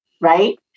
right